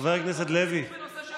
חבר הכנסת לוי,